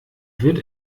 wird